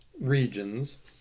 regions